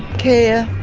care.